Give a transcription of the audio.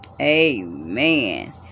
Amen